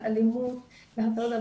אלימות והטרדה.